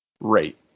rate